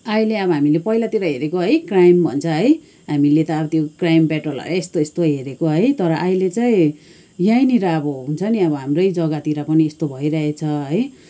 अहिले अब हामीले पहिलातिर हेरेको है क्राइम भन्छ है हामीले त अब त्यो क्राइम पेट्रोललाई है यस्तो यस्तो हेरेको है तर अहिले चाहिँ यहीँनिर अब हुन्छ अनि अब हाम्रै जग्गातिर पनि यस्तो भइरहेछ है